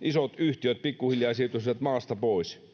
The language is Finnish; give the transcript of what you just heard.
isot yhtiöt pikkuhiljaa siirtyisivät maasta pois